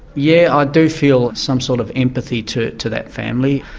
yeah do feel some sort of empathy to to that family.